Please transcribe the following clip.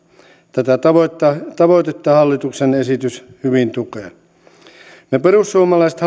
tätä tavoitetta hallituksen esitys hyvin tukee me perussuomalaiset